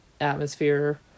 atmosphere